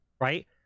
right